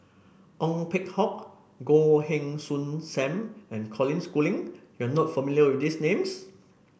Ong Peng Hock Goh Heng Soon Sam and Colin Schooling you are not familiar with these names